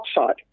outside